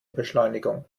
beschleunigung